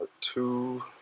two –